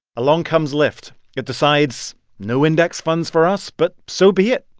along comes lyft. it decides no index funds for us, but so be it.